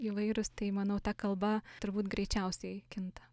įvairūs tai manau ta kalba turbūt greičiausiai kinta